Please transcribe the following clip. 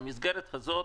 במסגרת הזאת